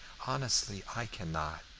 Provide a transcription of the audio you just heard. honestly, i cannot.